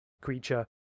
creature